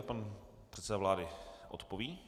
Pan předseda vlády odpoví.